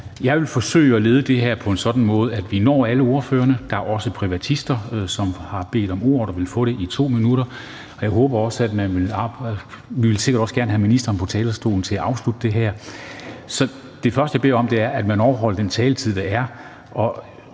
Jeg vil forsøge at lede det her på en sådan måde, at vi når alle ordførerne. Der er også privatister, som har bedt om ordet og vil få det i 2 minutter, og man vil sikkert også gerne have ministeren på talerstolen til at afslutte det her. Så det første, jeg beder om, er, at man overholder den taletid, der er,